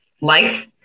life